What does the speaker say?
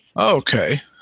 Okay